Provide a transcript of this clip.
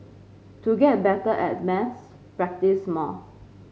to get better at maths practise more